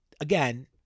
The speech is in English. again